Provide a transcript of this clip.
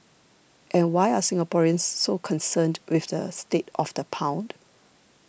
and why are Singaporeans so concerned with the state of the pound